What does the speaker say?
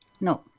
No